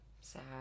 Sad